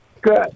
Good